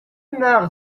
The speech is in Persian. نقد